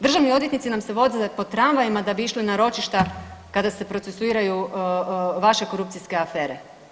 Državni odvjetnici nam se voze po tramvajima da bi išli na ročišta kada se procesuiraju vaše korupcijske afere.